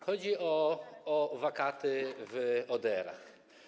Chodzi o wakaty w ODR-ach.